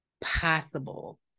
possible